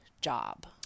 job